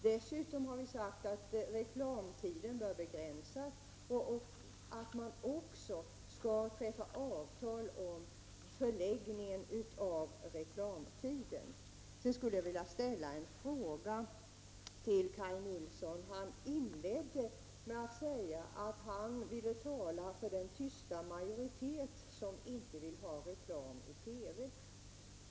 Dessutom har vi sagt att reklamtiden bör begränsas och att man också skall träffa avtal om förläggningen av reklamtiden. Jag skulle också vilja ställa en fråga till Kaj Nilsson. Han inledde med att säga att han ville tala för den tysta majoritet som inte vill ha reklam i TV.